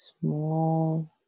small